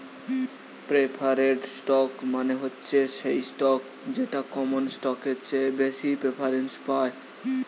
preferred stock মানে হচ্ছে সেই স্টক যেটা কমন স্টকের চেয়ে বেশি প্রেফারেন্স পায়